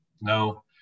no